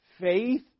faith